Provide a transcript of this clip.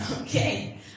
okay